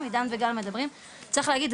צריך להגיד,